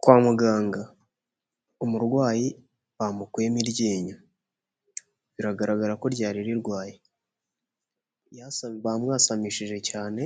Kwa muganga umurwayi bamukuyemo iryinyo biragaragara ko ryari rirwaye bamwasamishije cyane